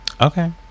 Okay